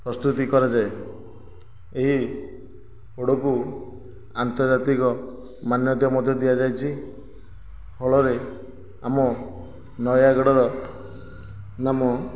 ପ୍ରସ୍ତୁତି କରାଯାଏ ଏହି ପୋଡ଼କୁ ଆନ୍ତର୍ଜାତିକ ମାନ୍ୟତା ମଧ୍ୟ ଦିଆଯାଇଛି ଫଳରେ ଆମ ନୟାଗଡ଼ର ନାମ